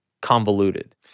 convoluted